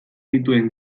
dituen